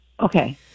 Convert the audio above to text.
Okay